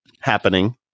happening